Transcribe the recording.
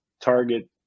Target